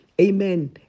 amen